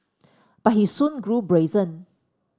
but he soon grew brazen